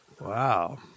Wow